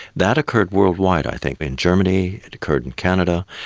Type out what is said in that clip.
that occurred worldwide i think, but in germany, it occurred in canada,